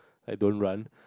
I don't run